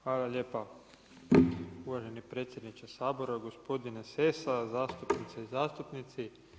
Hvala lijepa uvaženi predsjedniče Sabora, gospodine Sessa, zastupnice i zastupnici.